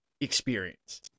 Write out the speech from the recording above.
experience